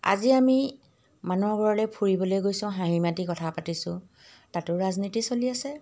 আজি আমি মানুহৰ ঘৰলৈ ফুৰিবলৈ গৈছোঁ হাঁহি মাটি কথা পাতিছোঁ তাতো ৰাজনীতি চলি আছে